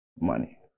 money